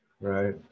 right